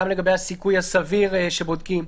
גם לגבי הסיכוי הסביר שבודקים,